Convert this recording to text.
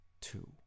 two